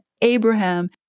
Abraham